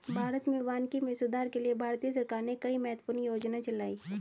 भारत में वानिकी में सुधार के लिए भारतीय सरकार ने कई महत्वपूर्ण योजनाएं चलाई